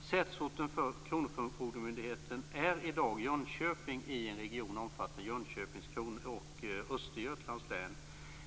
Sätesorten för kronofogdemyndigheten är i dag Jönköping i en region omfattande Jönköpings och Östergötlands län.